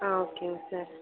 ஓகேங்க சார்